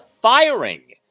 firing